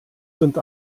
sind